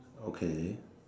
okay